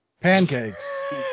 pancakes